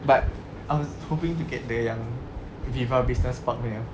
but I was hoping to get the yang viva business park punya